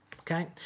okay